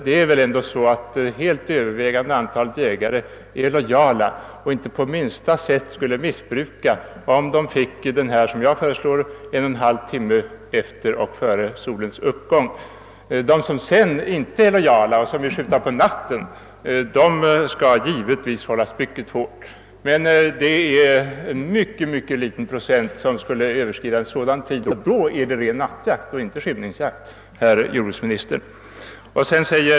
Det helt övervägande antalet jägare är dock lojala och skulle inte på minsta sätt missbruka en bestämmelse som förbjöd jakt enbart under tiden mellan 1 ! 2 timme före solens uppgång. De som sedan inte är lojala — det är ytterst få — utan skjuter på natten skall givetvis hållas kort. Då är det nattjakt och inte skymningsjakt, herr jordbruksminister.